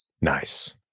Nice